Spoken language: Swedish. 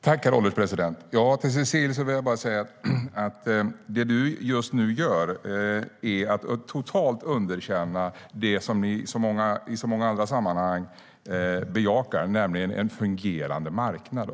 Herr ålderspresident! Jag vill bara säga att det du gör just nu, Cecilie Tenfjord-Toftby, är att totalt underkänna det ni bejakar i så många andra sammanhang, nämligen en fungerande marknad.